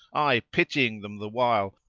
i pitying them the while,